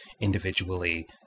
individually